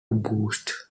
boot